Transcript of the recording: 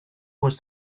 was